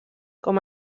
com